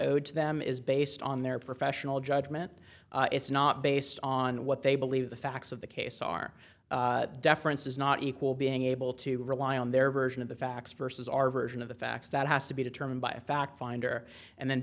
owed to them is based on their professional judgment it's not based on what they believe the facts of the case are deference does not equal being able to rely on their version of the facts versus our version of the facts that has to be determined by a fact finder and then